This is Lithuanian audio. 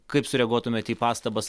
kaip sureaguotumėt į pastabas